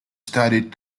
studied